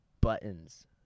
buttons